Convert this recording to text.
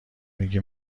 میگی